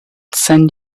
send